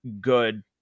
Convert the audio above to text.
good